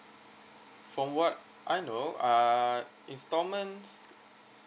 from what I know uh installments